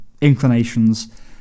inclinations